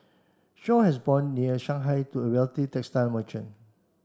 Shaw has born near Shanghai to a wealthy textile merchant